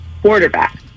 quarterback